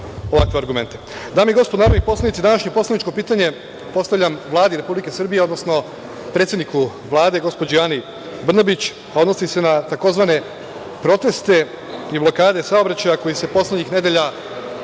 i gospodo narodni poslanici, današnje poslaničko pitanje postavljam Vladi Republike Srbije, odnosno predsedniku Vlade gospođi Ani Brnabić. Odnosi se na tzv. proteste i blokade saobraćaja koji se poslednjih nedelja